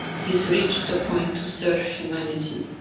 he's reached the point to serve humanity.